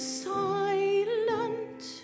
silent